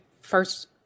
first